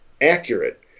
accurate